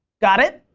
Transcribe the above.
got it?